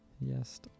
Yes